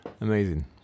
amazing